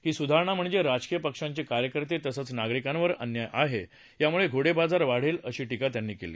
ही सुधारणा म्हणजे राजकीय पक्षांचे कार्यकर्ते तसंच नागरिकांवर अन्याय आहे यामुळे घोडेबाजार वाढेल अशी टिका त्यांनी केली